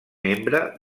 membre